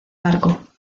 barco